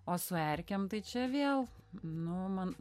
o su erkėm tai čia vėl nu man